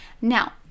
Now